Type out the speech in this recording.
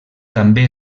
també